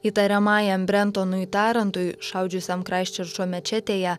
įtariamajam brentonui tarantui šaudžiusiam kraisčerčo mečetėje